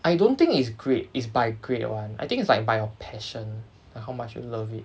I don't think is grade is by grade [one] I think is like by your passion or how much you love it